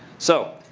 so,